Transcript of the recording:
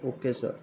okay sir